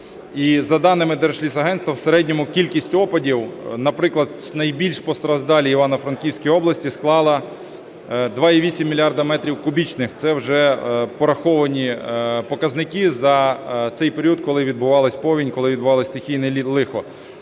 за даними Держлісагентства в середньому кількість опадів, наприклад, в найбільш постраждалій Івано-Франківській області склала 2,8 мільярда метрів кубічних. Це вже пораховані показники за цей період, коли відбувалась повінь, коли відбувалося стихійне лихо.